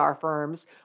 firms